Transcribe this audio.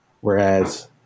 Whereas